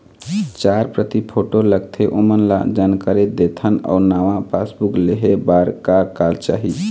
चार प्रति फोटो लगथे ओमन ला जानकारी देथन अऊ नावा पासबुक लेहे बार का का चाही?